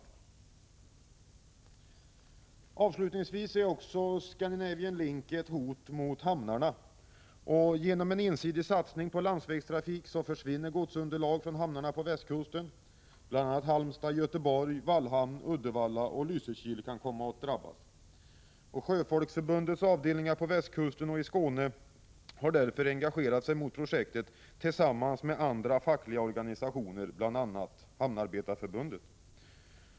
Låt mig avslutningsvis framhålla att Scandinavian Link är ett hot mot hamnarna. Genom en ensidig satsning på landsvägstrafik försvinner godsunderlag för hamnarna på västkusten; bl.a. Halmstad, Göteborg, Vallhamn, Uddevalla och Lysekil kan komma att drabbas. Sjöfolksförbundets avdelningar på västkusten och i Skåne har därför engagerat sig mot projektet tillsammans med andra fackliga organisationer, däribland Hamnarbetarförbundet.